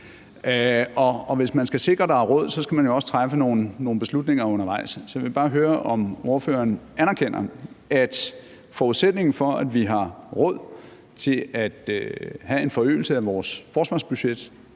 hvis man skal sikre, at der er råd, skal man jo også træffe nogle beslutninger undervejs. Så jeg vil bare høre, om ordføreren anerkender, at forudsætningen for, at vi har råd til at have en forøgelse af vores forsvarsbudget